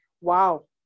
wow